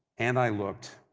and i looked